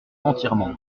entièrement